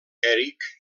eric